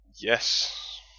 yes